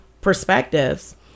perspectives